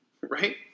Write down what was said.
Right